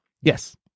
Yes